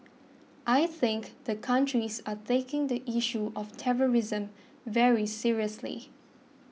I think the countries are taking the issue of terrorism very seriously